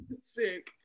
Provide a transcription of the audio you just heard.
Sick